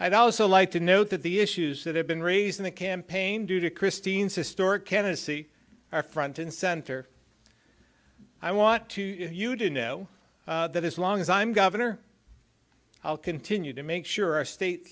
i'd also like to note that the issues that have been raised in the campaign due to christine's historic candidacy are front and center i want to you to know that as long as i'm governor i'll continue to make sure our state